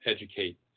educate